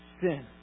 sin